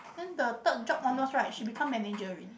then the third job onwards right she become manager already